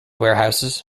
warehouses